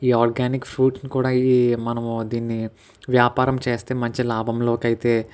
ఈ ఆర్గానిక్ ఫ్రూట్ని కూడా ఈ మనము దీన్ని వ్యాపారం చేస్తే మంచి లాభంలోకి అయితే